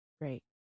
Great